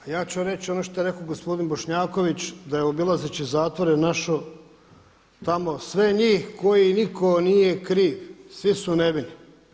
Ja ću reći ono što je rekao gospodin Bošnjaković da je obilazeći zatvore našao tamo sve njih koji nitko nije kriv, svi su nevini.